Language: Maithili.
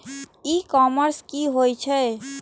ई कॉमर्स की होय छेय?